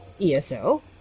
ESO